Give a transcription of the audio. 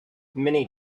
many